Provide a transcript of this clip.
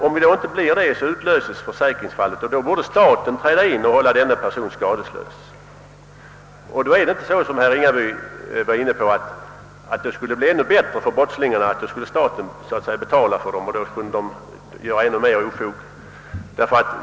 Om inte skyddet håller utlöses ett försäkringsfall och staten borde då träda in och hålla oss skadeslösa. Det är inte på det sättet som herr Ringaby sade att detta gör det ännu bättre för brottslingarna, att staten så att säga skulle betala för dem så att de kunde göra ännu mer ofog.